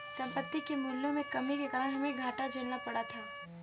संपत्ति के मूल्यों में कमी के कारण हमे घाटा झेलना पड़ा था